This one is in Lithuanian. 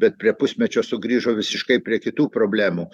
bet prie pusmečio sugrįžo visiškai prie kitų problemų